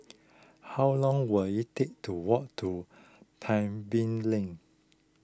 how long will it take to walk to Tebing Lane